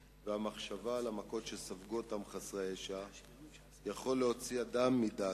והמחשבה על המכות שספגו אותם חסרי הישע יכולה להוציא אדם מדעתו.